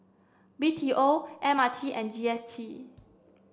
B T O M R T and G S T